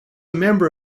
member